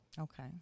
Okay